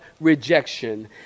rejection